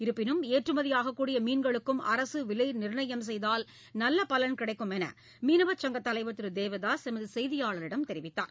இருப்பினும் ஏற்றுமதியாகக்கூடிய மீன்களுக்கும் அரசு விலை நிர்ணயம் செய்தால் நல்ல பலன் கிடைக்கும் என்று மீனவச் சங்கத் தலைவர் திரு தேவதாஸ் எமது செய்தியாளரிடம் தெரிவித்தார்